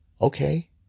Okay